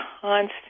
constant